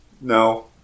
No